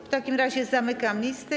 W takim razie zamykam listę.